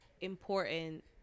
important